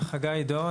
חגי עידו,